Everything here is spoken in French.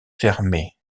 fermée